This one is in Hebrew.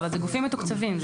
גופים מתוקצבים.